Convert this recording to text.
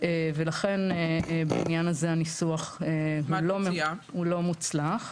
ולכן בעניין זה הניסוח לא מוצלח.